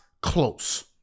close